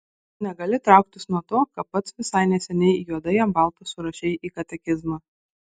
tu negali trauktis nuo to ką pats visai neseniai juodai ant balto surašei į katekizmą